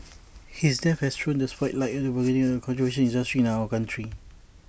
his death has thrown the spotlight on A burgeoning but controversial industry in our country